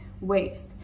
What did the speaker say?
waste